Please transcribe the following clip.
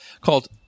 Called